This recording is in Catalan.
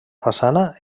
façana